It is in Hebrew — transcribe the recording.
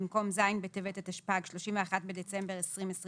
במקום "ז' בטבת התשפ"ג (31 בדצמבר 2022)